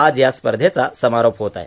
आज या स्पर्धेचा समारोप होत आहे